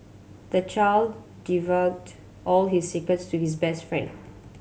the child divulged all his secrets to his best friend